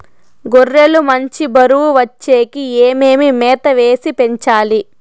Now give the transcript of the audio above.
గొర్రె లు మంచి బరువు వచ్చేకి ఏమేమి మేత వేసి పెంచాలి?